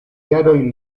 jaroj